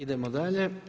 Idemo dalje.